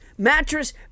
mattress